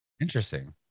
Interesting